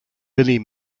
billy